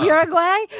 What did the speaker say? Uruguay